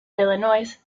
illinois